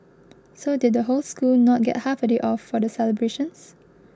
so did the whole school not get half day off for the celebrations